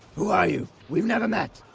who are you? we've never met.